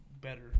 better